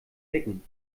decken